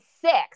six